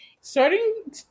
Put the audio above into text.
Starting